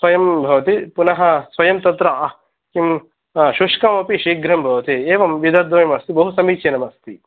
स्वयं भवति पुनः स्वयं तत्र किं शुष्कमपि शीघ्रं भवति एवं विधद्वयमस्ति बहु समीचीनमस्ति